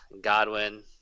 Godwin